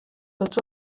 tots